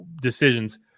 decisions